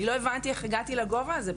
לא הבנתי איך הגעתי לגובה הזה,